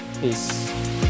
Peace